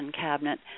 cabinet